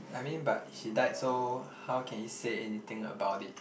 I mean but he died so how can he say anything about it